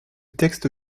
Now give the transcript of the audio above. texte